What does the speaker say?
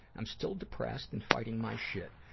i'm still depressed and fighting my shit.